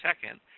second